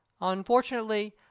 Unfortunately